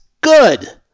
good